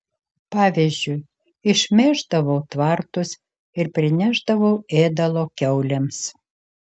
pavyzdžiui išmėždavau tvartus ir prinešdavau ėdalo kiaulėms